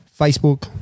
Facebook